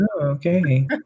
okay